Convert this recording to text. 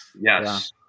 Yes